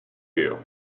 you